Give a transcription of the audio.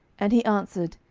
and he answered,